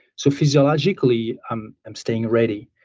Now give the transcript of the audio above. so, physiologically, i'm i'm staying ready.